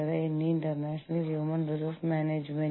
അതിനാൽ ഇതാണ് ഞാൻ ഉപയോഗിക്കുന്ന പുസ്തകം